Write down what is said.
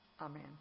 Amen